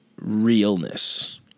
realness